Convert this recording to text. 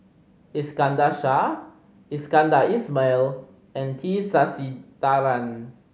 Iskandar Shah Iskandar Ismail and T Sasitharan